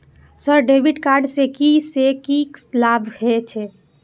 Sir debit card से की से की लाभ हे छे?